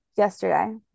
yesterday